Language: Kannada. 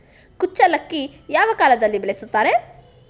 ಕುಚ್ಚಲಕ್ಕಿ ಯಾವ ಕಾಲದಲ್ಲಿ ಬೆಳೆಸುತ್ತಾರೆ?